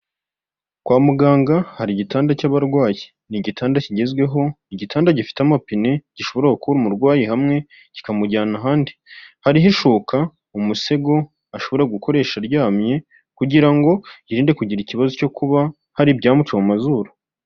Kwa muganga hari igitanda cy'abarwayi, ni igitanda kigezweho, igitanda gifite amapine gishobora gukura umurwayi hamwe kikamujyana ahandi, hariho ishuka, umusego, ashobora gukoresha aryamye, kugira ngo yirinde kugira ikibazo cyo kuba hari ibyamuca mu mazuru.